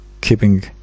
keeping